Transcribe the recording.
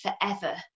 forever